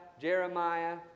Jeremiah